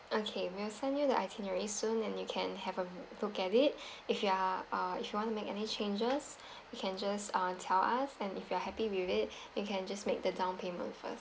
okay we'll send you the itinerary soon and you can have a look at it if you are uh if you want to make any changes you can just uh tell us and if you are happy with it you can just make the down payment first